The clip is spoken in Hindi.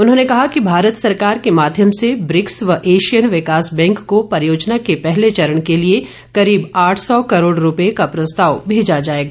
उन्होंने कहा कि भारत सरकार के माध्यम से ब्रिक्स व एशियन विकास बैंक को परियोजना के पहले चरण के लिए करीब आठ सौ करोड़ रूपये का प्रस्ताव भेजा जाएगा